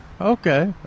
Okay